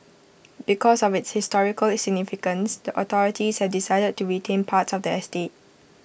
because of its historical significance the authorities have decided to retain parts of the estate